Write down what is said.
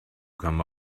come